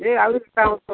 ଇଏ ଆହୁରି